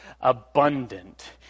abundant